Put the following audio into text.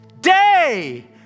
day